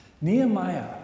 Nehemiah